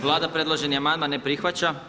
Vlada predloženi amandman ne prihvaća.